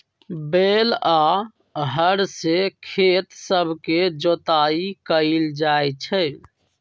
बैल आऽ हर से खेत सभके जोताइ कएल जाइ छइ